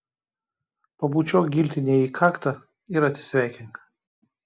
pabučiuok giltinei į kaktą ir atsisveikink